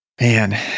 Man